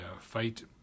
fight